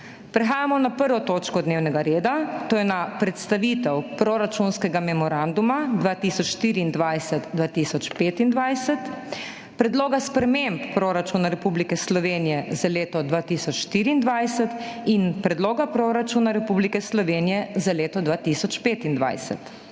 Klemnu Boštjančiču za dodatno predstavitev proračunskega memoranduma 2024–2025, Predloga sprememb proračuna Republike Slovenije za leto 2024 ter Predloga proračuna Republike Slovenije za leto 2025.